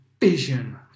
vision